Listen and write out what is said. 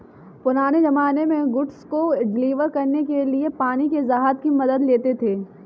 पुराने ज़माने में गुड्स को डिलीवर करने के लिए पानी के जहाज की मदद लेते थे